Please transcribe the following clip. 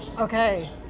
Okay